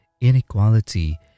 inequality